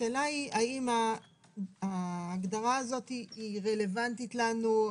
השאלה היא האם ההגדרה הזאת היא רלוונטית לנו,